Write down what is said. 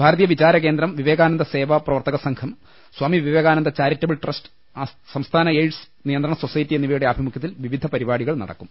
ഭാരതീയ വിചാ രകേന്ദ്രം വിവേകാനന്ദസേവാ പ്രവർത്തക സംഘം സ്വാമി വിവേകാനന്ദ ചാരിറ്റബിൾ ട്രസ്റ്റ് സംസ്ഥാന എയ്ഡ്സ് നിയന്ത്രണ സൊസൈറ്റി എന്നി വയുടെ ആഭിമുഖ്യത്തിൽ വിവിധ പരിപാടികൾ നടക്കും